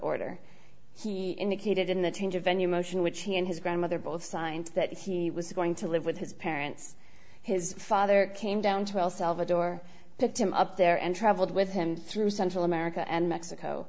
order he indicated in the change of venue motion which he and his grandmother both signed that he was going to live with his parents his father came down to el salvador picked him up there and traveled with him through central america and mexico